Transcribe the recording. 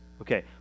Okay